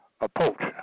approach